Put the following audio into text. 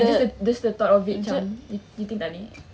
just the just the thought of it macam you think tak leh